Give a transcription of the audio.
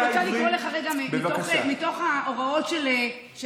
אני רוצה לקרוא לך רגע מתוך ההוראות של הר"י.